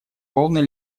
полной